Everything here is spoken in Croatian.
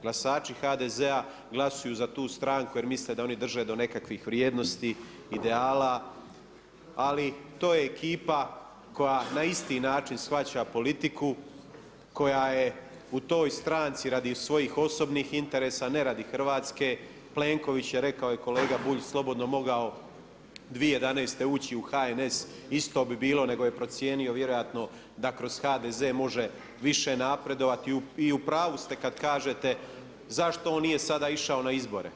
Glasači HDZ-a, glasuju za tu stranku, jer misle da oni drže do nekakvih vrijednosti, ideala, ali to je ekipa koja na isti način shvaća politiku, koja je u toj stranci radi svojih osobnih interesa, ne radi Hrvatske, Plenković je rekao, i kolega Bulj, slobodno mogao 2011. ući u HNS, isto bi bilo, nego je procijenio, vjerojatno, da kroz HDZ može više napredovati i u pravu ste kad kažete, zašto on nije sad išao na izbore.